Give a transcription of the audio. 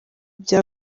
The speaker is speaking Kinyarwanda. bya